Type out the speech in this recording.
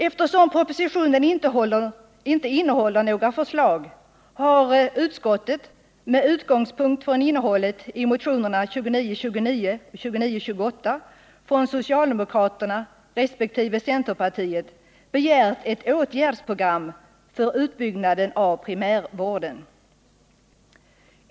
Eftersom propositionen inte innehåller några förslag har utskottet med utgångspunkt i innehållet i motionerna 2629 och 2628 från socialdemokraterna resp. centerpartiet begärt ett åtgärdsprogram för utbyggnaden av primärvården.